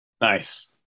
Nice